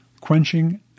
quenching